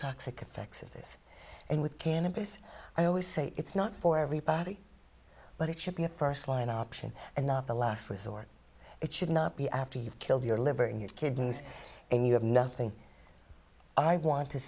toxic effects of this and with cannabis i always say it's not for everybody but it should be a first line option and not the last resort it should not be after you've killed your liver in your kidneys and you have nothing i want to